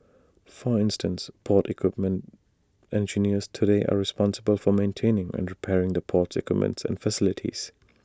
for instance port equipment engineers today are responsible for maintaining and repairing the port's equipment and facilities